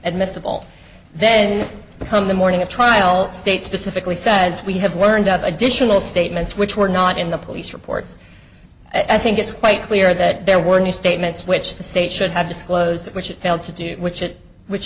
admissible then become the morning of trial state specifically says we have learned of additional statements which were not in the police reports i think it's quite clear that there were new statements which the state should have disclosed it which it failed to do which it which